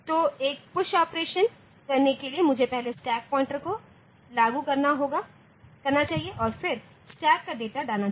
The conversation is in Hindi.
तो एक पुश ऑपरेशनoperation करने के लिए मुझे पहले स्टैक पॉइंटर को लागू करना चाहिए और फिर स्टैक पर डेटा डालना चाहिए